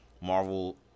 Marvel